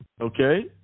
Okay